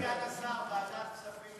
אדוני סגן השר, ועדת הכספים.